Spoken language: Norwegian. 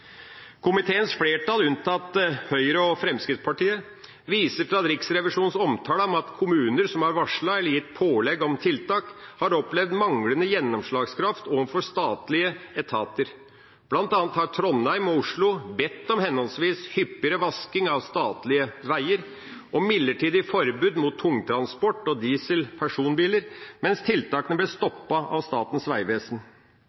Komiteens flertall, alle unntatt Høyre og Fremskrittspartiet, viser til Riksrevisjonens omtale av at kommuner som er varslet eller gitt pålegg om tiltak, har opplevd manglende gjennomslagskraft overfor statlige etater. Blant annet har Trondheim og Oslo bedt om henholdsvis hyppigere vasking av statlige veier og midlertidig forbud mot tungtransport og dieselpersonbiler, men tiltakene ble